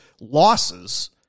losses